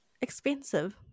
expensive